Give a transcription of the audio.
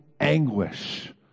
anguish